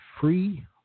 free